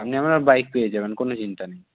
আপনি আপনার বাইক পেয়ে যাবেন কোনো চিন্তা নেই